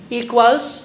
equals